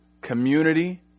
community